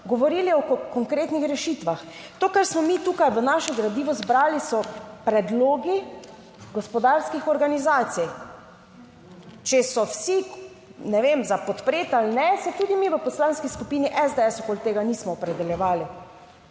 govorili o konkretnih rešitvah. To, kar smo mi tukaj v našem gradivu zbrali, so predlogi gospodarskih organizacij, če so vsi, ne vem za podpreti ali ne, se tudi mi v Poslanski skupini SDS okoli tega nismo opredeljevali.